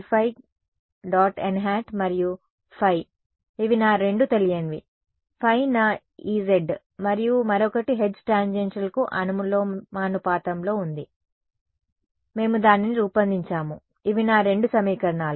nˆ మరియు ϕ ఇవి నా రెండు తెలియనివి ϕ నా Ez మరియు మరొకటి H టాంజెన్షియల్కు అనులోమానుపాతంలో ఉంది మేము దానిని రూపొందించాము ఇవి నా రెండు సమీకరణాలు